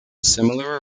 similar